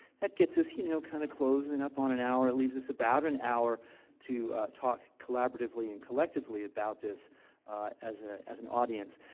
that gets us you know kind of closing up on an hour. that leaves us about an hour to talk collaboratively and collectively about this as ah as an audience.